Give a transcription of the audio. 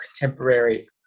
contemporary